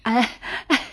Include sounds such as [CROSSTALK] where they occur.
I [BREATH] I